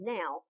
now